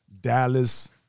Dallas